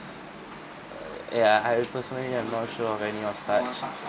uh yeah I personally am not sure of any or such